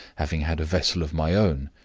having had a vessel of my own,